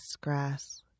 grass